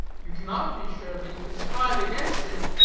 you cannot be sure, but you can strive against it.